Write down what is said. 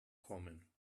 kommen